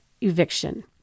Eviction